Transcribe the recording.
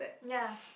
ya